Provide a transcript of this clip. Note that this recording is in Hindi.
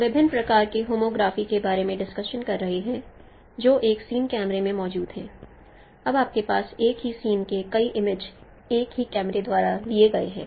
हम विभिन्न प्रकार के होमोग्राफी के बारे में डिस्कशन कर रहे हैं जो एक सीन कैमरे में मौजूद हैं जब आपके पास एक ही सीन के कई इमेज एक ही कैमरे द्वारा लिए गए हैं